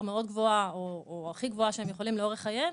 מאוד גבוהה או הכי גבוהה שהם יכולים לאורך חייהם,